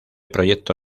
proyecto